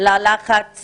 ללחץ